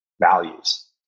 values